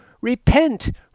Repent